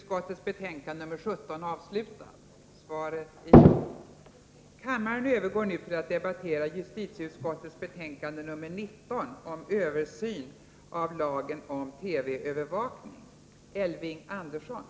Kammaren övergår nu till att debattera bostadsutskottets betänkande 21 om energibesparande åtgärder inom bostadsbeståndet m.m.